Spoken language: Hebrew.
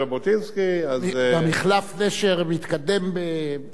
מחלף נשר מתקדם ממש,